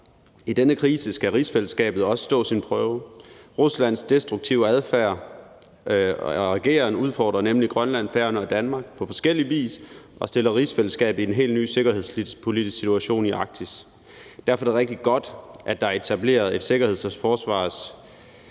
I denne krise skal rigsfællesskabet også stå sin prøve. Ruslands destruktive adfærd og ageren udfordrer nemlig Grønland, Færøerne og Danmark på forskellig vis og stiller rigsfællesskabet i en helt ny sikkerhedspolitisk situation i Arktis. Derfor er det rigtig godt, at der er etableret et sikkerheds- og forsvarspolitisk